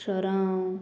शोरांव